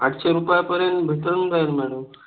आठशे रुपयापर्यंत भेटून जाईल मॅडम